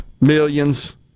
Millions